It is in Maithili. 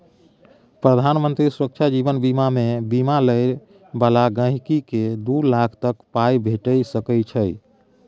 प्रधानमंत्री सुरक्षा जीबन बीमामे बीमा लय बला गांहिकीकेँ दु लाख तक पाइ भेटि सकै छै